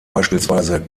beispielsweise